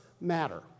matter